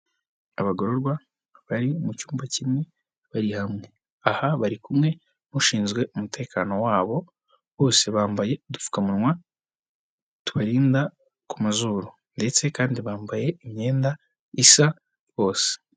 Abagororwa bari mu cyumba kimwe bari hamwe aha bari kumwe n'ushinzwe umutekano wabo bose bambaye udupfukamunwa tubarinda ku mazuru ndetse kandi bambaye imyenda isa bose.